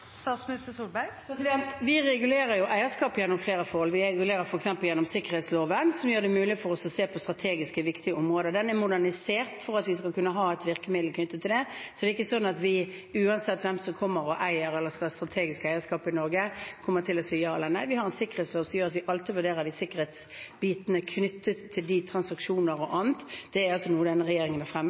Vi regulerer eierskap gjennom flere forhold. Vi regulerer f.eks. gjennom sikkerhetsloven, som gjør det mulig for oss å se på strategisk viktige områder. Den er modernisert for at vi skal kunne ha et virkemiddel knyttet til det. Så det er ikke slik at vi, uansett hvem som kommer og eier eller skal ha strategisk eierskap i Norge, kommer til å si ja eller nei. Vi har en sikkerhetslov som gjør at vi alltid vurderer sikkerhetsbiten, knyttet til transaksjoner og annet. Det er noe som denne regjeringen har